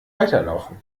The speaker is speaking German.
weiterlaufen